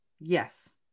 Yes